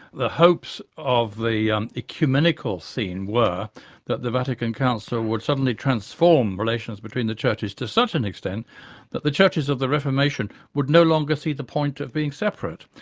the hopes of the um ecumenical scene were that the vatican council would suddenly transform relations between the churches to such an extent that the churches of the reformation would no longer see the point of being separate.